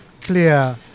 clear